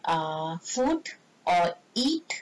err food or eat